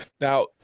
Now